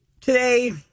today